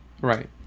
Right